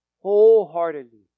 wholeheartedly